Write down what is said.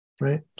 Right